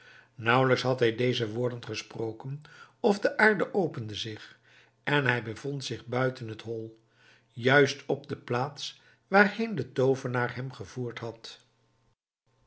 nauwelijks had hij deze woorden gesproken of de aarde opende zich en hij bevond zich buiten het hol juist op de plaats waarheen de toovenaar hem gevoerd had